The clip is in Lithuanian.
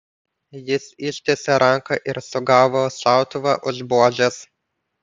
jis ištiesė ranką ir sugavo šautuvą už buožės